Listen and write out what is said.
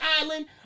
island